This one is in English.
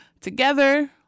Together